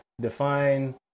Define